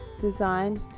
designed